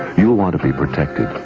you want to be protected,